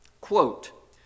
Quote